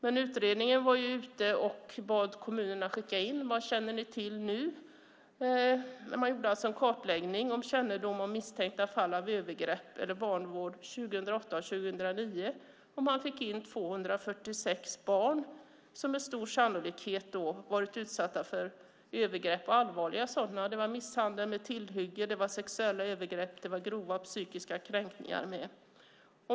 Men utredningen bad kommunerna att skicka in uppgifter om vad de känner till nu. Man gjorde alltså en kartläggning om kännedom om misstänkta fall av övergrepp eller vanvård 2008 och 2009. Man fick in uppgifter om 246 barn som med stor sannolikhet har varit utsatta för allvarliga övergrepp. Det var misshandel med tillhygge, sexuella övergrepp och grova psykiska kränkningar.